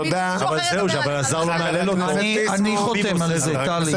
אני חותם על זה, טלי.